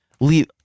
leave